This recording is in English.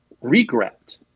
regret